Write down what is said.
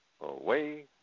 Away